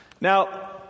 Now